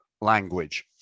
language